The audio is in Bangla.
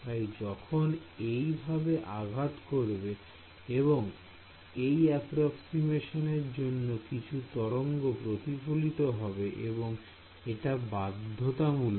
তাই যখন এই ভাবে আঘাত করবে এবং এই এপ্রক্সিমিশনের জন্য কিছু তরঙ্গ প্রতিফলিত হবে এবং এটা বাধ্যতামূলক